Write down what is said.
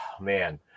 Man